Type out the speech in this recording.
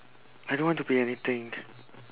I don't want to be anything